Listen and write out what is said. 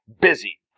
Busy